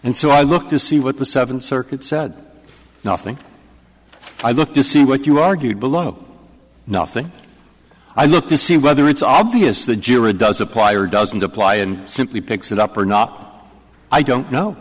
and so i look to see what the seventh circuit said nothing i look to see what you argued below nothing i look to see whether it's obvious the jury does apply or doesn't apply and simply picks it up or not i don't know